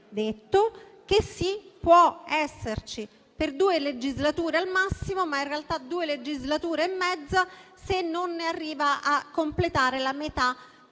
detto che, sì, può restare in carica per due legislature al massimo, ma in realtà sono due legislature e mezzo, se non arriva a completare la metà